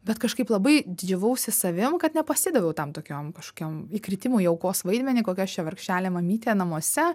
bet kažkaip labai didžiavausi savim kad nepasidaviau tam tokiom kažkokiom įkritimui į aukos vaidmenį kokia aš čia vargšelė mamytė namuose